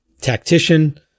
tactician